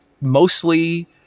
mostly